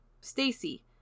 Stacy